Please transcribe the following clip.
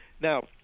Now